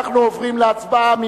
אנחנו עוברים להצבעה.